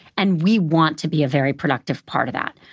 and we want to be a very productive part of that.